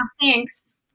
Thanks